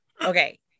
Okay